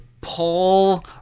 Paul